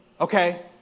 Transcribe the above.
Okay